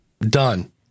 done